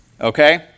Okay